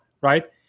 right